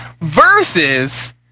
versus